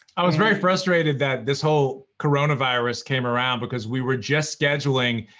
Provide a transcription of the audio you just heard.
i was very frustrated that this whole coronavirus came around, because we were just scheduling,